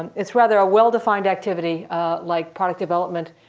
and it's rather a well defined activity like product development,